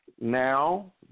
Now